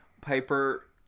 piper